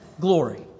glory